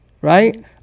Right